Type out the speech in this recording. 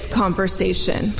conversation